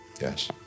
Yes